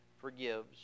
forgives